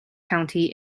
county